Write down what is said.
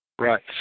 Right